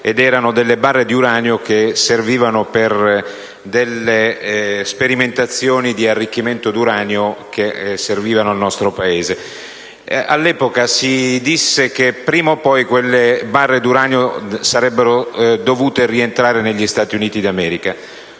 ed erano barre di uranio che servivano per alcune sperimentazioni di arricchimento di uranio utili al nostro Paese. All’epoca si disse che prima o poi quelle barre d’uranio sarebbero dovute rientrare negli Stati Uniti d’America.